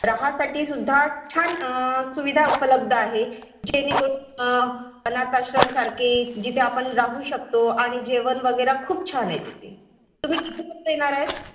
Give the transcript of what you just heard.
राहासाठी सुद्धा छान सुविधा उपलब्ध आहे जेणेकरून अनाथाश्रमसारखे जिथे आपण राहू शकतो आणि जेवण वगैरे खूप छान आहे तिथे तुम्ही किती येणार आहात